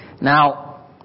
Now